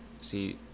See